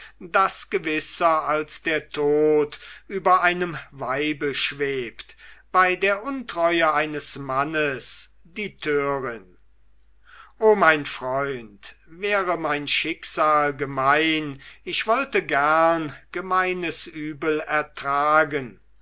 das gewisser als der tod über einem weibe schwebt bei der untreue eines mannes die törin o mein freund wäre mein schicksal gemein ich wollte gern gemeines übel ertragen